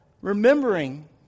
remembering